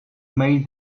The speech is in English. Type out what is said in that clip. made